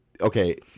okay